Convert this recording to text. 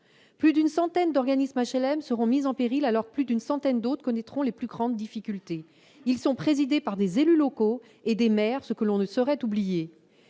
Plus d'une centaine d'organismes HLM seront mis en péril, alors que plus d'une centaine d'autres connaîtront les plus grandes difficultés. Ces organismes sont présidés par des élus locaux, notamment des maires, ce que l'on ne saurait oublier.